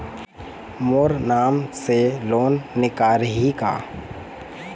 मोर नाम से लोन निकारिही का?